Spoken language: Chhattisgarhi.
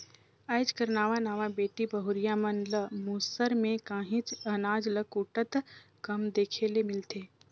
आएज कर नावा नावा बेटी बहुरिया मन ल मूसर में काहींच अनाज ल कूटत कम देखे ले मिलथे